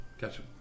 Gotcha